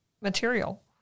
material